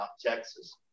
Texas